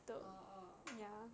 orh orh